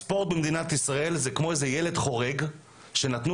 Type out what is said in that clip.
הספורט במדינת ישראל הוא כמו ילד חורג שנתנו